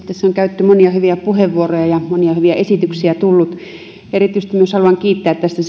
käytetty monia hyviä puheenvuoroja ja monia hyviä esityksiä on tullut erityisesti haluan kiittää tästä